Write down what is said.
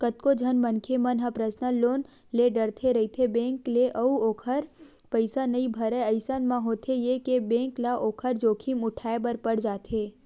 कतको झन मनखे मन ह पर्सनल लोन ले डरथे रहिथे बेंक ले अउ ओखर पइसा नइ भरय अइसन म होथे ये के बेंक ल ओखर जोखिम उठाय बर पड़ जाथे